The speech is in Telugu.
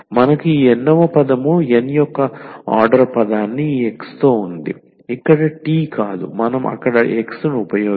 మనకు ఈ n వ పదం n వ ఆర్డర్ పదాన్ని ఈ x తో ఉంది ఇక్కడ t కాదు మనం అక్కడ x ను ఉపయోగించాము